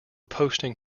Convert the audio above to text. posting